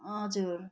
हजुर